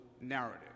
narrative